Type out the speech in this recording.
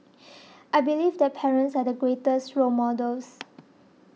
I believe that parents are the greatest role models